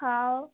हो